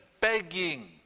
begging